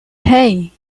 hey